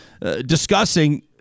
discussing